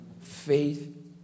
faith